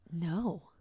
no